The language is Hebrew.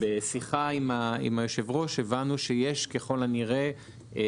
בשיחה עם היושב-ראש הבנו שככול הנראה יש